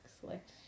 select